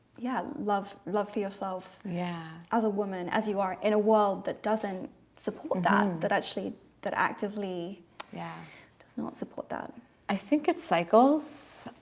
yeah, love love for yourself yeah as a woman as you are in a world that doesn't support that that actually that actively yeah does not support that i think it cycles.